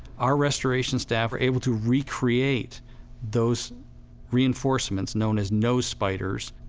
our restoration staff were able to recreate those reinforcements known as nose spiders.